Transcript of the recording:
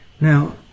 Now